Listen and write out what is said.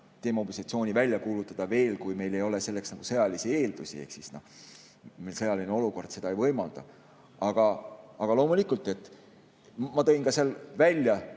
demobilisatsiooni välja kuulutada, kui meil ei ole selleks sõjalisi eeldusi, meil sõjaline olukord seda ei võimalda. Aga loomulikult, ma tõin ka välja